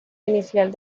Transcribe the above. inicial